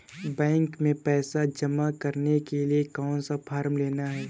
Bank में पैसा जमा करने के लिए कौन सा फॉर्म लेना है?